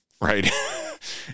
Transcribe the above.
right